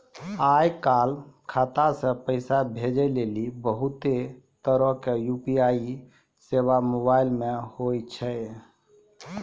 आय काल खाता से पैसा भेजै लेली बहुते तरहो के यू.पी.आई सेबा मोबाइल मे होय छै